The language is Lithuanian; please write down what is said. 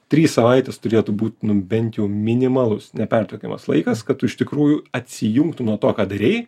trys savaitės turėtų būt nu bent jau minimalus nepertraukiamas laikas kad tu iš tikrųjų atsijungtum nuo to ką darei